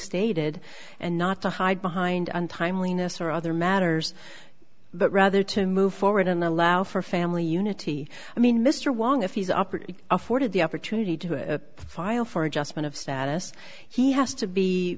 stated and not to hide behind on timeliness or other matters but rather to move forward and allow for family unity i mean mr wong if he's operated afforded the opportunity to file for adjustment of status he has to be